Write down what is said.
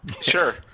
Sure